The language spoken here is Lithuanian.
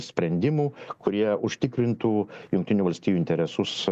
sprendimų kurie užtikrintų jungtinių valstijų interesus